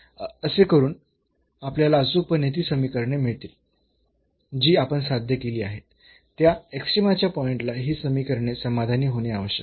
तर असे करून आपल्याला अचूकपणे ती समीकरणे मिळतील जी आपण साध्य केली आहेत त्या एक्स्ट्रीमा च्या पॉईंट ला ही समीकरणे समाधानी होणे आवश्यक आहे